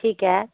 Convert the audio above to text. ਠੀਕ ਹੈ